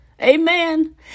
Amen